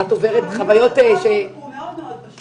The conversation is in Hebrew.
את עוברת חוויות ש --- החוק הוא מאוד מאוד פשוט,